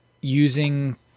using